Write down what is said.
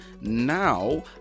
now